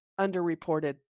underreported